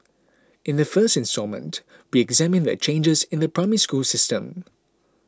in the first instalment we examine the changes in the Primary School system